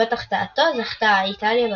בעקבות החטאתו זכתה איטליה בגביע.